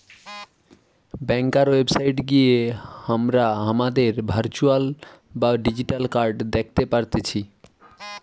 ব্যাংকার website গিয়ে হামরা হামাদের ভার্চুয়াল বা ডিজিটাল কার্ড দ্যাখতে পারতেছি